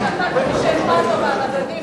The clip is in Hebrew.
כמי שאכפת לו ממדענים,